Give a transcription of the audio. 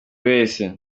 wese